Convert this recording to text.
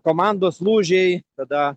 komandos lūžiai tada